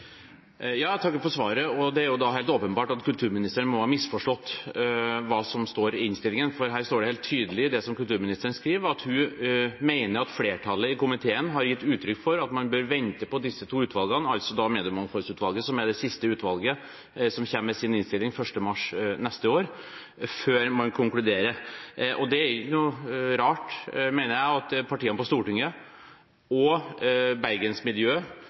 Jeg takker for svaret. Det er helt åpenbart at kulturministeren må ha misforstått hva som står i innstillingen, for det står helt tydelig i det som kulturministeren skriver, at hun mener at flertallet i komiteen har gitt uttrykk for at man bør vente på de to utvalgene, altså på mediemangfoldsutvalget, som er det siste utvalget som kommer med sin innstilling – 1. mars neste år – før man konkluderer. Det er ikke noe rart, mener jeg, at partiene på Stortinget og